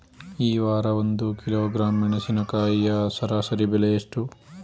ಈ ವಾರ ಒಂದು ಕಿಲೋಗ್ರಾಂ ಮೆಣಸಿನಕಾಯಿಯ ಸರಾಸರಿ ಬೆಲೆ ಎಷ್ಟು?